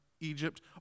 Egypt